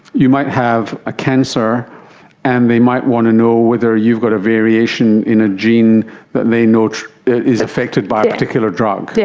you might have a cancer and they might want to know whether you've got a variation in a gene that they know is affected by a particular drug. yeah